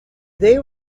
they